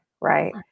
Right